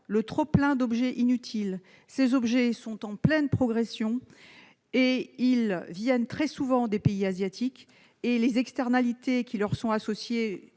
le trop-plein d'objets inutiles, ces objets sont en pleine progression. Très souvent, ils proviennent de pays asiatiques. Les externalités qui leur sont associées,